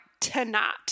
tonight